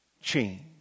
change